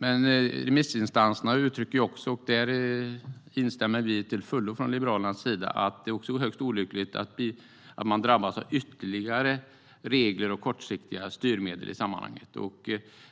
Remissinstanserna uttrycker - och det instämmer vi från Liberalernas sida i - att det är högst olyckligt att man drabbas av ytterligare regler och kortsiktiga styrmedel.